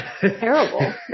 Terrible